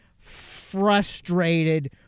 frustrated